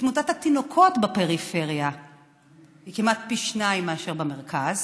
שתמותת התינוקות בפריפריה היא כמעט פי שניים מאשר במרכז,